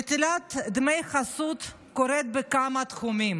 נטילת דמי חסות קורית בכמה תחומים: